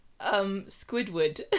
Squidward